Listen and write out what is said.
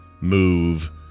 move